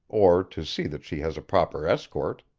or to see that she has a proper escort.